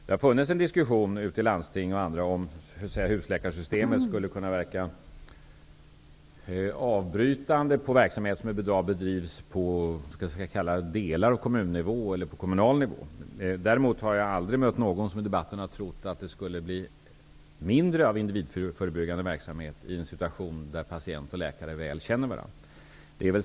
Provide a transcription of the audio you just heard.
Det har förekommit en diskussion bl.a. ute i landstingen om huruvida husläkarsystemet skulle kunna verka avbrytande när det gäller verksamhet som i dag bedrivs på kommunal nivå. Men jag har aldrig mött någon i debatten som trott att det skulle bli mindre av för individen förebyggande verksamhet i en situation där patient och läkare känner varandra väl.